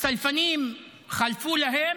הצלבנים חלפו להם,